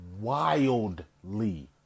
Wildly